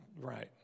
Right